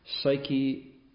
Psyche